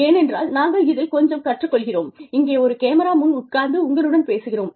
ஏனென்றால் நாங்கள் இதில் கொஞ்சம் கற்றுக் கொள்கிறோம் இங்கே ஒரு கேமரா முன் உட்கார்ந்து உங்களுடன் பேசுகிறோம்